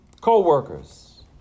Co-workers